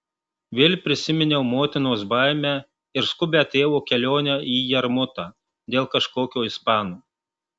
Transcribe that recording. vėl prisiminiau motinos baimę ir skubią tėvo kelionę į jarmutą dėl kažkokio ispano